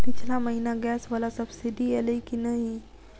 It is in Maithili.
पिछला महीना गैस वला सब्सिडी ऐलई की नहि?